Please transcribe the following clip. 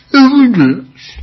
evidence